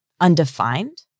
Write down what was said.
undefined